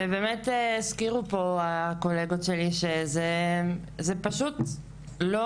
והזכירו פה הקולגות שלי שזה פשוט לא